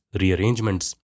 rearrangements